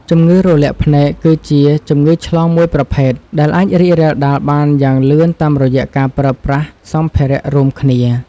ជំងឺរលាកភ្នែកគឺជាជំងឺឆ្លងមួយប្រភេទដែលអាចរីករាលដាលបានយ៉ាងលឿនតាមរយៈការប្រើប្រាស់សម្ភារៈរួមគ្នា។